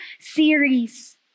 series